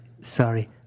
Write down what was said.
sorry